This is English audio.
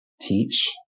teach